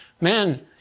Man